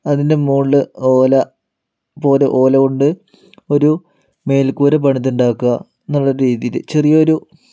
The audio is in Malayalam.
അതിന്റെ മുകളില് ഓല പോലെ ഓലകൊണ്ട് ഒരു മേൽക്കൂര പണിത് ഉണ്ടാക്കുക എന്നുള്ള രീതിയിൽ ചെറിയൊരു